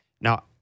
Now